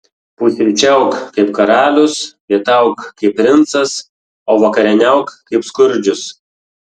pusryčiauk kaip karalius pietauk kaip princas o vakarieniauk kaip skurdžius